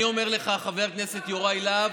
יואב,